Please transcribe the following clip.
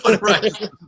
Right